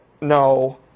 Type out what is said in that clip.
no